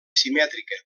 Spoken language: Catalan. simètrica